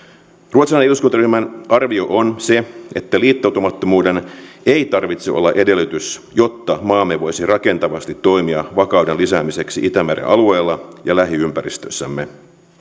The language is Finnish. ruotsalaisen eduskuntaryhmän arvio on se että liittoutumattomuuden ei tarvitse olla edellytys jotta maamme voisi rakentavasti toimia vakauden lisäämiseksi itämeren alueella ja lähiympäristössämme